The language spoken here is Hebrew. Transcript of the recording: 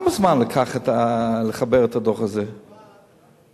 כמה זמן לקח לחבר את הדוח הזה, שנתיים?